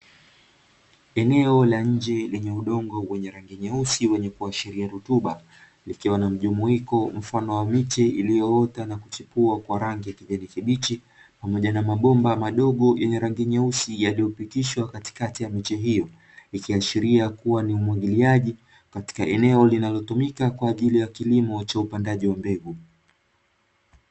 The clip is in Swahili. Eneo la nje lenye udongo wenye rangi nyeusi wenye kuashiria rutuba likiwa na mjumuiko mfano wa miche iliyoota na kuchipua kwa rangi ya kijani kibichi, pamoja na mabomba madogo yenye rangi nyeusi yaliyopitishwa katikati ya miche hiyo ikiashiria kuwa ni umwagiliaji katika eneo linalotumika kwa ajili ya kilimo cha upandaji wa mbegu.